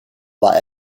war